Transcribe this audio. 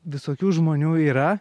visokių žmonių yra